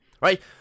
right